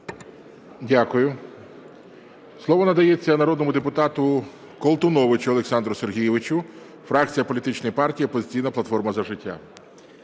Дякую. Слово надається народному депутату Колтуновичу Олександру Сергійовичу фракція політичної партії "Опозиційна платформа – За життя".